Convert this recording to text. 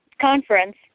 conference